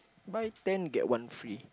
buy ten get one free